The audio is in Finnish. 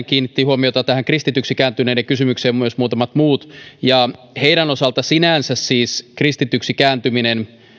kiinnittivät huomiota kristityksi kääntyneiden kysymykseen ja heidän osaltaan sinänsä siis kristityksi kääntyminen